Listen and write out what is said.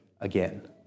again